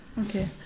okay